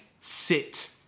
sit